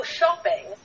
shopping